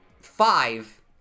five